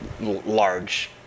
large